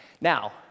Now